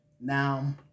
Now